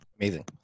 Amazing